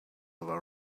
over